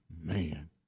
Man